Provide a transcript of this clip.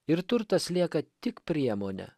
ir turtas lieka tik priemone